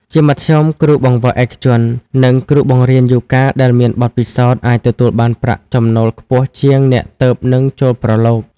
ជាមធ្យម គ្រូបង្វឹកឯកជន និងគ្រូបង្រៀនយូហ្គាដែលមានបទពិសោធន៍អាចទទួលបានប្រាក់ចំណូលខ្ពស់ជាងអ្នកទើបនឹងចូលប្រឡូក។